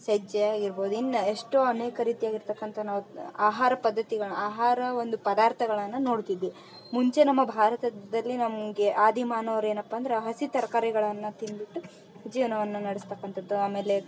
ಸಜ್ಜೆ ಆಗಿರ್ಬೋದು ಇನ್ನೂ ಎಷ್ಟೋ ಅನೇಕ ರೀತಿಯಾಗಿರತಕ್ಕಂಥ ನಾವು ಆಹಾರ ಪದ್ಧತಿಗಳು ಆಹಾರ ಒಂದು ಪದಾರ್ಥಗಳನ್ನು ನೋಡುತ್ತಿದ್ದೀವಿ ಮುಂಚೆ ನಮ್ಮ ಭಾರತದಲ್ಲಿ ನಮಗೆ ಆದಿ ಮಾನವ್ರು ಏನಪ್ಪ ಅಂದ್ರೆ ಹಸಿ ತರಕಾರಿಗಳನ್ನ ತಿಂದುಬಿಟ್ಟು ಜೀವನವನ್ನ ನಡ್ಸತಕ್ಕಂಥದ್ದು ಆಮೇಲೆ